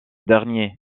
dernier